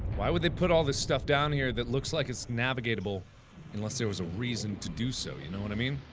why would they put all this stuff down here that looks like it's navigatable unless there was a reason to do so you know what i mean